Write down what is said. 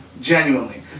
genuinely